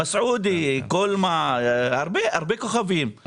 מסודי, קולמה, הרבה כוכבים.